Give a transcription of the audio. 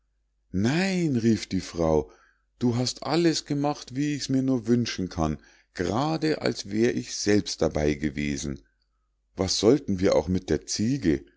nein rief die frau du hast alles gemacht wie ich's mir nur wünschen kann grade als wär ich selbst dabei gewesen was sollten wir auch mit der ziege